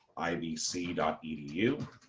ivc dot edu